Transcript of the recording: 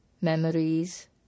Memories